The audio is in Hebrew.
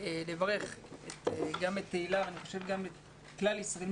לברך את תהלה ואת כלל ישראל,